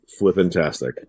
flippantastic